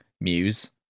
Muse